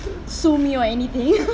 sue me or anything